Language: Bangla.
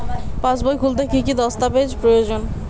পাসবই খুলতে কি কি দস্তাবেজ প্রয়োজন?